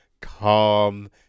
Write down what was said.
Calm